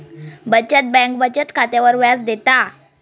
बचत बँक बचत खात्यावर व्याज देता